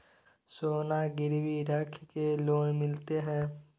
सोना गिरवी रख के लोन मिलते है?